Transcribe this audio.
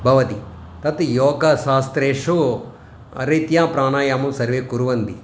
भवति तत् योगशास्त्रेषु रीत्या प्राणायामं सर्वे कुर्वन्ति